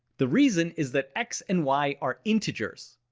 the reason is that x and y are integers.